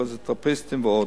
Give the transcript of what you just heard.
פיזיותרפיסטים ועוד.